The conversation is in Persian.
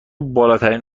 بالاترین